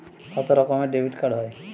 কত রকমের ডেবিটকার্ড হয়?